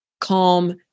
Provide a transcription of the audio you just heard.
calm